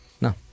No